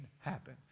happen